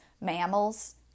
Mammals